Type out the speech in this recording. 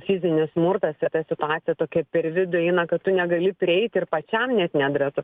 fizinis smurtas ir ta situacija tokia per vidų eina kad tu negali prieit ir pačiam net nedrąsu